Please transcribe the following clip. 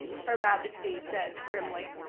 her majesty said primly.